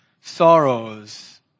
sorrows